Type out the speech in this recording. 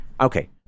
okay